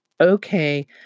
okay